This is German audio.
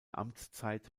amtszeit